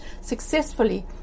successfully